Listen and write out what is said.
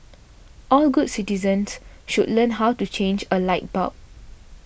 all good citizens should learn how to change a light bulb